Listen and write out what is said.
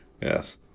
Yes